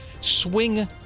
swing